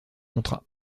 contrat